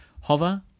Hover